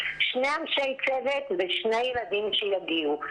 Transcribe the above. שני אנשי צוות ושני ילדים שיגיעו.